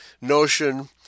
notion